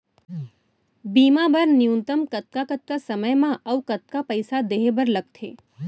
बीमा बर न्यूनतम कतका कतका समय मा अऊ कतका पइसा देहे बर लगथे